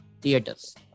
theaters